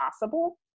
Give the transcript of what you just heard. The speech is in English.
possible